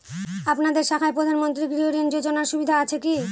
আপনাদের শাখায় প্রধানমন্ত্রী গৃহ ঋণ যোজনার সুবিধা আছে কি?